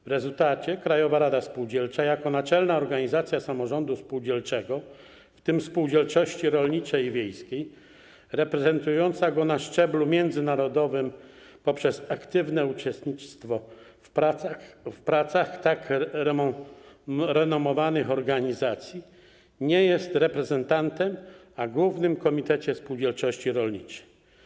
W rezultacie Krajowa Rada Spółdzielcza jako naczelna organizacja samorządu spółdzielczego, w tym spółdzielczości rolniczej i wiejskiej, reprezentująca go na szczeblu międzynarodowym poprzez aktywne uczestnictwo w pracach renomowanych organizacji, nie jest reprezentantem w Głównym Komitecie Spółdzielczości Rolniczej.